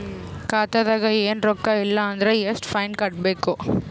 ಖಾತಾದಾಗ ಏನು ರೊಕ್ಕ ಇಲ್ಲ ಅಂದರ ಎಷ್ಟ ಫೈನ್ ಕಟ್ಟಬೇಕು?